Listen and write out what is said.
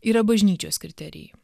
yra bažnyčios kriterijai